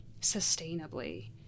sustainably